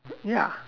ya